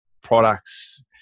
products